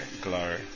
glory